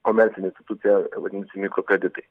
komercinė institucija vadinasi mikrokreditai